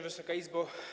Wysoka Izbo!